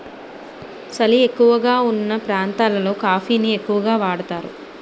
సలి ఎక్కువగావున్న ప్రాంతాలలో కాఫీ ని ఎక్కువగా వాడుతారు